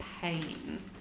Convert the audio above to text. pain